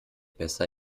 besser